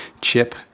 chip